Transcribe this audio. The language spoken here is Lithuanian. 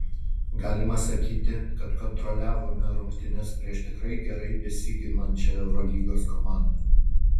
galima sakyti kad kontroliavome rungtynes prieš tikrai gerai besiginančią eurolygos komandą